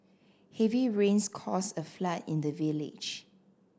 heavy rains caused a flood in the village